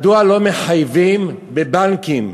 מדוע לא מחייבים בבנקים,